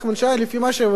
וחברי כנסת נוספים,